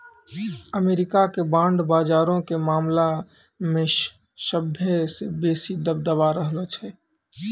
America के bond बजारो के मामला मे सभ्भे से बेसी दबदबा रहलो छै